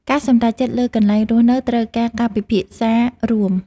ការសម្រេចចិត្តលើកន្លែងរស់នៅត្រូវការការពិភាក្សារួម។